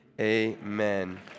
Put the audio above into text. amen